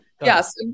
Yes